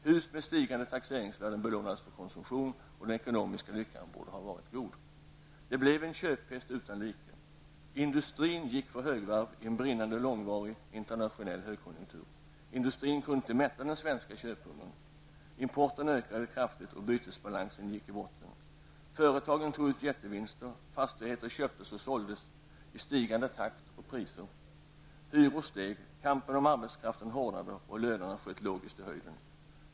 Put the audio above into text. Hus med stigande taxeringsvärden belånades för konsumtion, och den ekonomiska lyckan borde ha varit god. Det blev en köpfest utan like. Industrin gick för högvarv i en brinnande långvarig internationell högkonjunktur. Industrin kunde inte mätta den svenska köphungern. Importen ökade kraftigt, och bytesbalansen gick i botten. Företagen tog ut jättevinster. Fastigheter köptes och såldes i stigande takt och till stigande priser. Hyror steg. Kampen om arbetskraften hårdnade, och lönerna sköt logiskt i höjden.